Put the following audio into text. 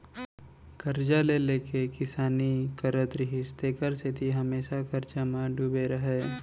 करजा ले ले के किसानी करत रिहिस तेखर सेती हमेसा करजा म डूबे रहय